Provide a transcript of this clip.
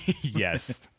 Yes